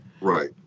Right